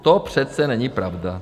To přece není pravda.